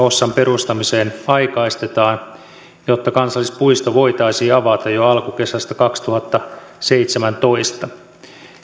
hossan perustamiseen aikaistetaan jotta kansallispuisto voitaisiin avata jo alkukesästä kaksituhattaseitsemäntoista